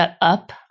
up